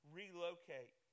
relocate